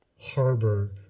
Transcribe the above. harbor